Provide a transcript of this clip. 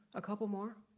a couple more.